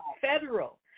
federal